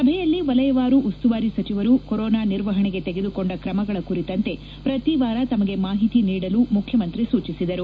ಸಭೆಯಲ್ಲಿ ವಲಯವಾರು ಉಸ್ತುವಾರಿ ಸಚಿವರು ಕೊರೋನಾ ನಿರ್ವಹಣೆಗೆ ತೆಗೆದುಕೊಂಡ ಕ್ರಮಗಳ ಕುರಿತಂತೆ ಪ್ರತಿವಾರ ತಮಗೆ ಮಾಹಿತಿ ನೀಡಲು ಮುಖ್ಯಮಂತ್ರಿ ಸೂಚಿಸಿದರು